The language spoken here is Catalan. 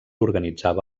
organitzava